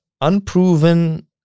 unproven